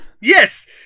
Yes